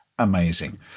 amazing